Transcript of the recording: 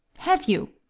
have you?